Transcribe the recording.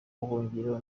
ubuhungiro